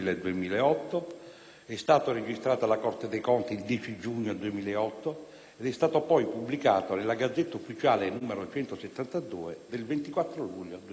è stato registrato alla Corte dei conti il 10 giugno 2008 ed è stato poi pubblicato nella *Gazzetta* *Ufficiale* n. 172 del 24 luglio 2008.